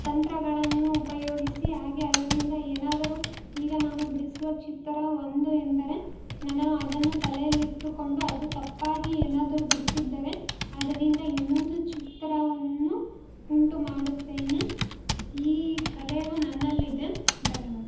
ತಂತ್ರಗಳನ್ನು ಉಪಯೋಗಿಸಿ ಹಾಗೆ ಅದರಿಂದ ಏನಾದರು ಈಗ ನಾನು ಬಿಡಿಸುವ ಚಿತ್ರ ಒಂದು ಎಂದರೆ ನಾನು ಅದನ್ನು ತಲೆಯಲ್ಲಿಟ್ಟುಕೊಂಡು ಅದು ತಪ್ಪಾಗಿ ಏನಾದರು ಬಿಡಿಸಿದ್ದರೆ ಅದರಿಂದ ಇನ್ನೊಂದು ಚಿತ್ರವನ್ನು ಉಂಟು ಮಾಡುತ್ತೇನೆ ಈ ಕಲೆಯು ನನ್ನಲ್ಲಿದೆ ಧನ್ಯವಾದ